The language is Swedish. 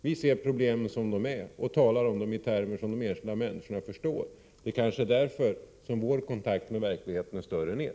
Vi ser problemen som de är och talar om dem i termer som de enskilda människorna förstår. Det kanske är därför som vår kontakt med verkligheten är större än er.